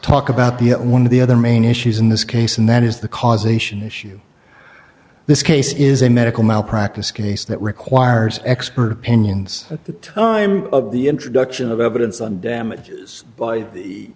talk about the one of the other main issues in this case and that is the causation issue this case is a medical malpractise case that requires expert opinions at the time of the introduction of evidence and damages if the